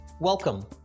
Welcome